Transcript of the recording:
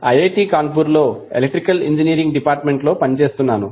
IIT కాన్పూర్లో electrical engineering department లో పనిచేస్తున్నాను